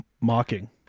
mocking